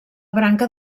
branca